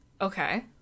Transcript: Okay